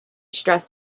stress